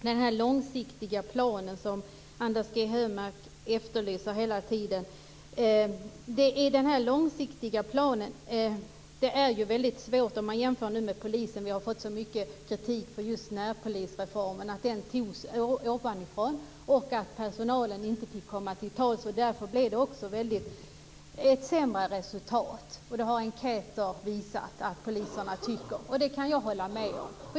Fru talman! När det gäller domstolarna efterlyser Anders G Högmark hela tiden en långsiktig plan. Det är väldigt svårt om man jämför med polisen. Vi har fått mycket kritik mot just närpolisreformen. Man menar att den beslutades ovanifrån och att personalen fick inte komma till tals. Därför blev det också ett sämre resultat. Det har enkäter visat att poliserna tycker. Det kan jag hålla med om.